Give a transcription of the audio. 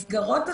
מסגרות אחרות,